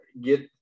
get